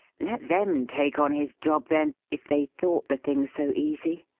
let them take on his job, then, if they thought the thing so easy!